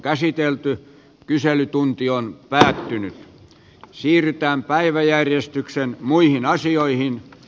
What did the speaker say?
käsittelyn pohjana on pääosin siirrytään päiväjärjestykseen muihin asioihin